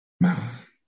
Mouth